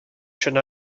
should